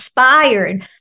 inspired